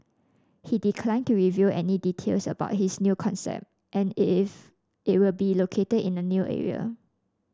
he declined to reveal any details about his new concept and if it will be located in a new area